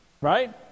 Right